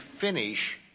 finish